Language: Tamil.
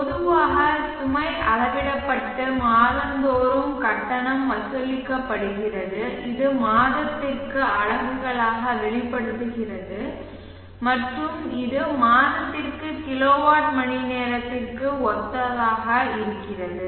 பொதுவாக சுமை அளவிடப்பட்டு மாதந்தோறும் கட்டணம் வசூலிக்கப்படுகிறது இது மாதத்திற்கு அலகுகளாக வெளிப்படுத்தப்படுகிறது மற்றும் இது மாதத்திற்கு கிலோவாட் மணிநேரத்திற்கு ஒத்ததாக இருக்கிறது